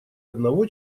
одного